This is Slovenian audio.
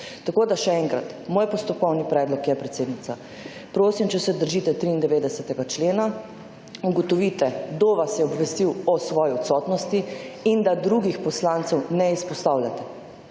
Tako da, še enkrat, moj postopkovni predlog je, predsednica, prosim, če se držite 93. člena, ugotovite, kdo vas je obvestil o svoji odsotnosti in da drugih poslancev ne izpostavljate.